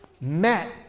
met